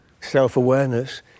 self-awareness